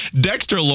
Dexter